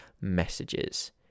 messages